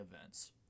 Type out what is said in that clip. events